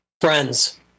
friends